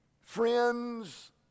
friends